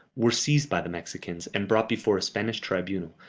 were seized by the mexicans, and brought before a spanish tribunal,